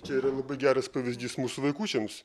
čia yra labai geras pavyzdys mūsų vaikučiams